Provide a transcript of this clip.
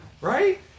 right